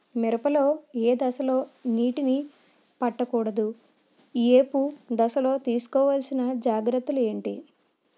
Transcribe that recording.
మిరప లో ఏ దశలో నీటినీ పట్టకూడదు? ఏపు దశలో తీసుకోవాల్సిన జాగ్రత్తలు ఏంటి?